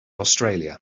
australia